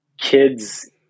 kids